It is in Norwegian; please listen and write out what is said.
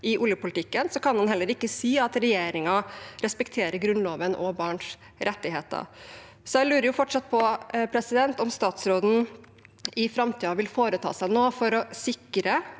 i oljepolitikken, kan man heller ikke si at regjeringen respekterer Grunnloven og barns rettigheter. Så jeg lurer fortsatt på: Vil statsråden i framtiden foreta seg noe for å sikre